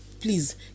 please